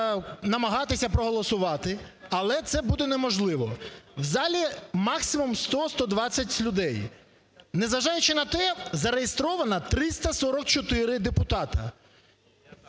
намагатися проголосувати, але це буде неможливо. В залі 100-120 людей. Незважаючи на те, зареєстровано 344 депутата.